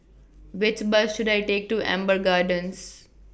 Which Bus should I Take to Amber Gardens